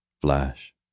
Flash